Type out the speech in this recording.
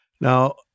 Now